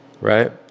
right